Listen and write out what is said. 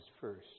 first